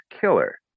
killer